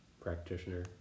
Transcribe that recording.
practitioner